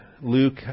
Luke